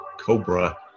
Cobra